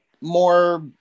more